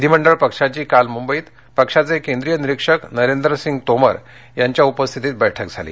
विधिमंडळ पक्षाची बैठक काल मुंबईत पक्षाचे केंद्रीय निरिक्षक नरेंद्रसिंग तोमर यांच्या उपस्थितीत झाली